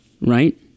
right